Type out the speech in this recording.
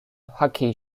hockey